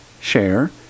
share